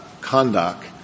conduct